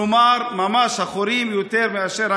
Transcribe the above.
כלומר יש יותר חורים מגבינה.